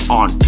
on